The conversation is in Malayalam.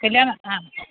ചില ആ